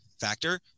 factor